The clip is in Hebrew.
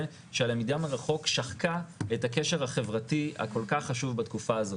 שהלמידה מרחוק שחקה את הקשר החברתי הכול כך חשוב בתקופה הזאת.